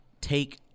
take